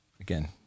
again